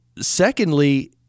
secondly